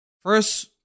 first